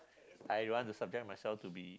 I don't want to subject myself to be